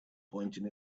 pointing